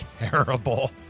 terrible